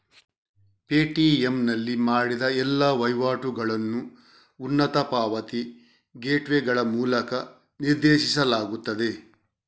Paytm ನಲ್ಲಿ ಮಾಡಿದ ಎಲ್ಲಾ ವಹಿವಾಟುಗಳನ್ನು ಉನ್ನತ ಪಾವತಿ ಗೇಟ್ವೇಗಳ ಮೂಲಕ ನಿರ್ದೇಶಿಸಲಾಗುತ್ತದೆ